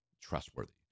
trustworthy